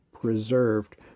preserved